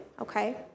okay